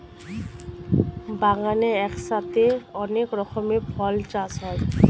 বাগানে একসাথে অনেক রকমের ফল চাষ হয়